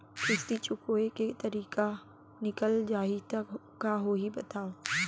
किस्ती चुकोय के तारीक निकल जाही त का होही बताव?